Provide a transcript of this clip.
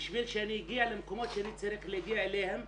בשביל שאני אגיע למקומות שאני צריך להגיע אליהם,